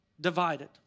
divided